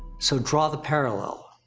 so draw the parallel.